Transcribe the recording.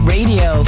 Radio